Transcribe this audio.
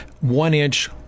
one-inch